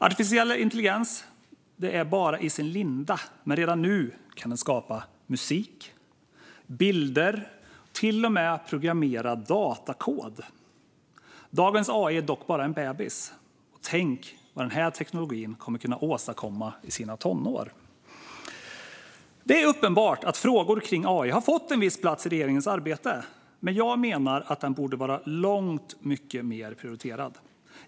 Artificiell intelligens är bara i sin linda. Redan nu kan den skapa musik och bilder och till och med programmera datakod. Dagens AI är dock bara en bebis. Tänk vad den tekniken kommer att kunna åstadkomma i sina tonår. Det är uppenbart att frågor om AI har fått en viss plats i regeringens arbete. Men jag menar att den borde vara långt mycket mer prioriterad.